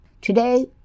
Today